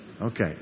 Okay